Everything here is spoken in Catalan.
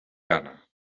ghana